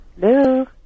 Hello